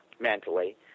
mentally